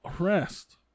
arrest